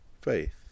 faith